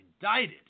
indicted